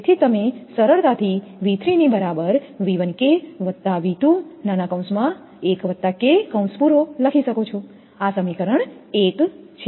તેથી જ તમે સરળતાથી V3 ની બરાબર V1K V21 K લખી શકો છો આ સમીકરણ એક છે